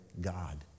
God